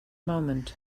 moment